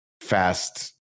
fast